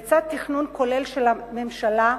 לצד תכנון כולל של הממשלה,